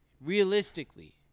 realistically